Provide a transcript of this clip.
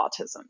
autism